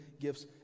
gifts